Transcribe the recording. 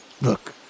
Look